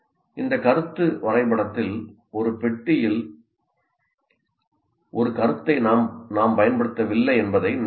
இந்த கருத்து வரைபடத்தில் ஒரு பெட்டியில் ஒரு கருத்தை நாம் பயன்படுத்தவில்லை என்பதை நினைவில் கொள்க